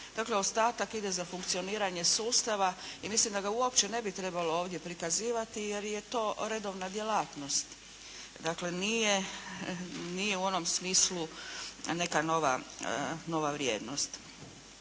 Dakle, ostatak ide za funkcioniranje sustava i mislim da ga uopće ne bi trebalo ovdje prikazivati jer je to redovna djelatnost. Dakle, nije u onom smislu neka nova vrijednost.